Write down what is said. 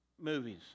movies